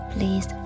Please